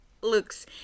looks